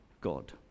God